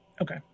Okay